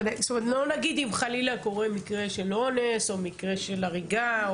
לא נגיד אם חלילה קורה מקרה של אונס או מקרה של הריגה,